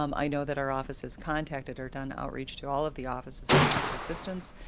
um i know that our office has contacted or done outreach to all of the offices and offered assistance.